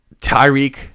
Tyreek